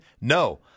No